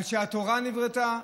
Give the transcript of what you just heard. על שהתורה נבראה,